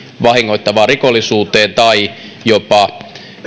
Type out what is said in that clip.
vahingoittavaan rikollisuuteen tai jopa